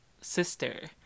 sister